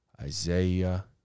Isaiah